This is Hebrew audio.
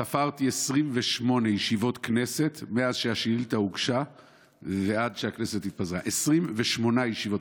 ספרתי 28 ישיבות כנסת מאז שהשאילתה הוגשה ועד שהכנסת התפזרה: 28 ישיבות.